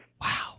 Wow